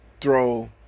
throw